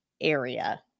area